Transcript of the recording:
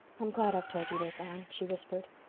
i'm glad i've told you this, anne, she whispered.